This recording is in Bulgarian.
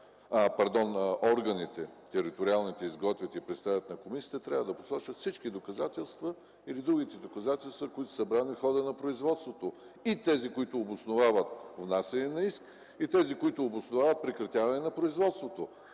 териториалните органи ще изготвят и представят на комисията, трябва да посочат всички доказателства или другите доказателства, събрани в хода на производството – и тези, които обосновават внасянето на иск, и тези, които обосновават прекратяване на производството.